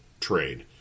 trade